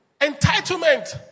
entitlement